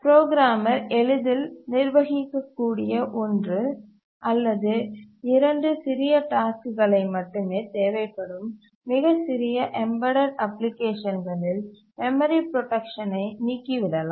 programmer எளிதில் நிர்வகிக்கக்கூடிய ஒன்று அல்லது இரண்டு சிறிய டாஸ்க்குகள் மட்டுமே தேவைப்படும் மிகச் சிறிய எம்பெடட் அப்ளிகேஷன்களில் மெமரி புரோடக்சனை நீக்கிவிடலாம்